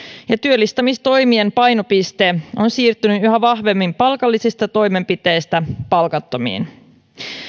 ja työllistämistoimien painopiste on siirtynyt yhä vahvemmin palkallisista toimenpiteistä palkattomiin